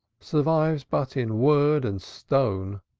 survives but in word and stone,